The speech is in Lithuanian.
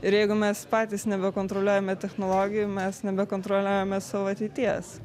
ir jeigu mes patys nebekontroliuojame technologijų mes nebekontroliuojame savo ateities